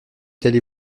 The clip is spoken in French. telle